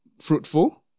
fruitful